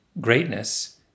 greatness